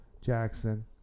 Jackson